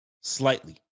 slightly